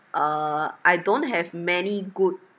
uh I don't have many good